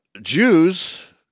Jews